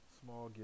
small